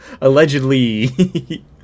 Allegedly